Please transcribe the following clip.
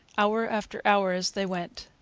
hour after hour, as they went.